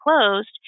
closed